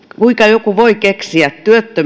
kuinka joku voi keksiä